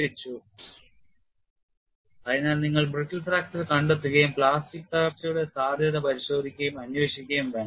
FAD Historical Development അതിനാൽ നിങ്ങൾ brittle fracture കണ്ടെത്തുകയും പ്ലാസ്റ്റിക് തകർച്ചയുടെ സാധ്യത പരിശോധിക്കുകയും അന്വേഷിക്കുകയും വേണം